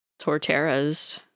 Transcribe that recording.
Torteras